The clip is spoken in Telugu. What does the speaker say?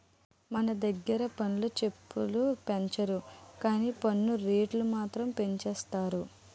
మన దగ్గిర పన్ను స్లేబులు పెంచరు గానీ పన్ను రేట్లు మాత్రం పెంచేసారు